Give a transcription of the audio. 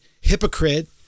hypocrite